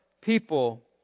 people